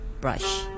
brush